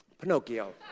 Pinocchio